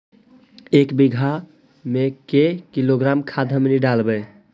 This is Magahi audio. एक बीघा मे के किलोग्राम खाद हमनि डालबाय?